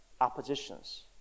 oppositions